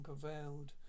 prevailed